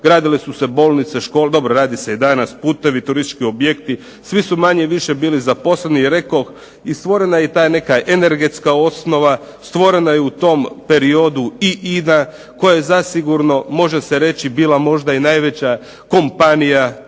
gradile su se bolnice, škole, dobro rade se i danas, putevi, turistički objekti. Svi su manje-više bili zaposleni rekoh, i stvorena je ta neka energetska osnova, stvorena je u tom periodu i INA koja je zasigurno može se reći bila možda i najveća kompanija tada